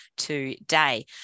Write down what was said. today